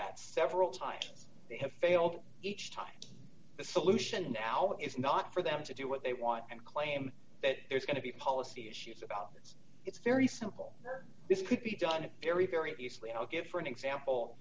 that several times they have failed each time the solution now is not for them to do what they want and claim that there's going to be policy issues about this it's very simple this could be done very very easily i'll give for an example